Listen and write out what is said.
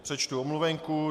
Přečtu omluvenku.